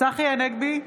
צחי הנגבי,